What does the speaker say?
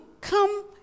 come